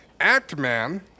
Actman